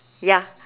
ya